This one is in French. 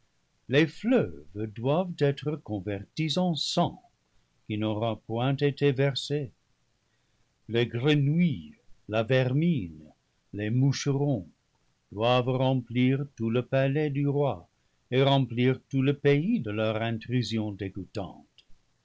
les fleuves doivent être convertis en sang qui n'aura point été versé les gre nouilles la vermine les moucherons doivent remplir tout le palais du roi et remplir tout le pays de leur intrusion